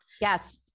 Yes